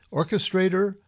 orchestrator